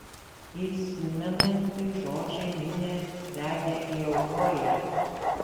įsimenantys žodžiai minią vedė į euforiją